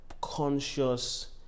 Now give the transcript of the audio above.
conscious